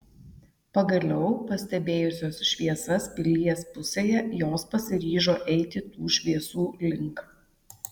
pagaliau pastebėjusios šviesas pilies pusėje jos pasiryžo eiti tų šviesų link